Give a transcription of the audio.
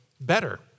better